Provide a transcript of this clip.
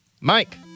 Mike